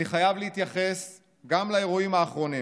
אני חייב להתייחס גם לאירועים האחרונים.